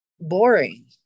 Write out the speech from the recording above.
boring